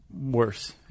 worse